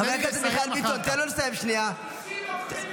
תן לי לסיים, אחר כך.